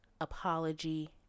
apology